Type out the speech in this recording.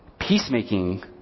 Peacemaking